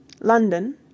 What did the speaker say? London